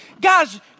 Guys